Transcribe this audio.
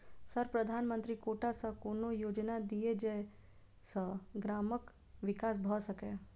Sir प्रधानमंत्री quota सऽ कोनो योजना दिय जै सऽ ग्रामक विकास भऽ सकै?